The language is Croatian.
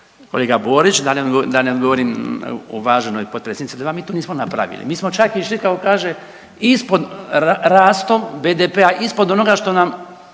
kolega Borić da ne govorim o uvaženoj potpredsjednici da vam mi to nismo napravili. Mi smo čak išli kako kaže ispod rastom BDP-a, ispod onoga što nam